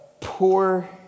poor